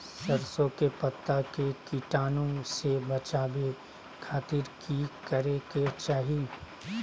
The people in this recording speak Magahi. सरसों के पत्ता के कीटाणु से बचावे खातिर की करे के चाही?